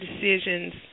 decisions